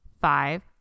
five